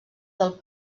del